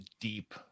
deep